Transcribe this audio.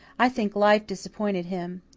i think life disappointed him.